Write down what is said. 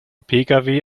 pkw